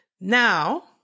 Now